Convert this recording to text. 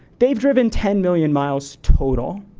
they've driven ten million miles total.